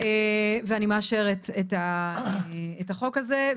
אני מאשרת את החוק הזה.